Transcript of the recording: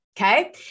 okay